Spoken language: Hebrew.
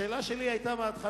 לכן השאלה שלי בהתחלה,